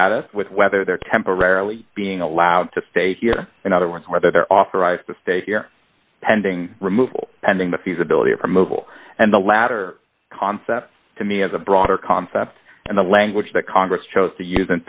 status with whether they're temporarily being allowed to stay here in other words whether they're authorized to stay here pending removal pending the feasibility of removal and the latter concept to me as a broader concept and the language that congress chose to use